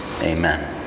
Amen